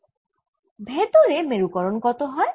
ভেতরে মেরুকরন কত হয়